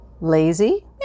Lazy